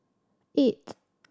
eight